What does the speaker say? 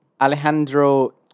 Alejandro